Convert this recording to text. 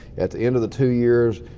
at the end of the two years,